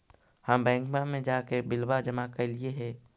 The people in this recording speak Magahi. हम बैंकवा मे जाके बिलवा जमा कैलिऐ हे?